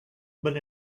but